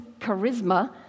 charisma